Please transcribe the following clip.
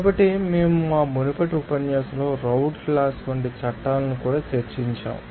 కాబట్టి మేము మా మునుపటి ఉపన్యాసంలో రౌల్ట్ లాస్ వంటి చట్టాలను కూడా చర్చించాము